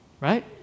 right